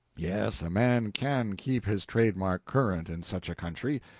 yes, a man can keep his trademark current in such a country,